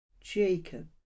Jacob